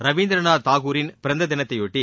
ரவீந்திரநாத் தாகூரின் பிறந்த தினத்தையொட்டி